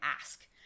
ask